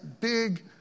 big